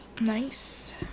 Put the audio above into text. Nice